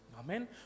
Amen